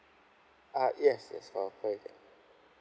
ah yes yes yet